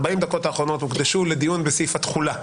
40 דקות האחרונות הוקדשו לדיון בסעיף התחולה,